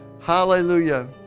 Hallelujah